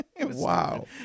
Wow